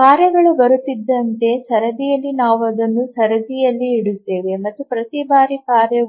ಕಾರ್ಯಗಳು ಬರುತ್ತಿದ್ದಂತೆ ಸರದಿಯಲ್ಲಿ ನಾವು ಅದನ್ನು ಸರದಿಯಲ್ಲಿ ಇಡುತ್ತೇವೆ ಮತ್ತು ಪ್ರತಿ ಬಾರಿ ಕಾರ್ಯ